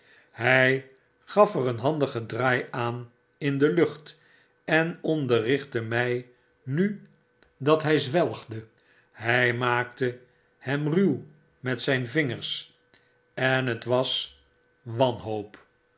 hij gaf er een handigen draai aan in de lucht en onderrichtte mij nu dat hij zwelgde hij maakte hem ruw met zijn vingers en het was waneen